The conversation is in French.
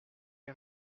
les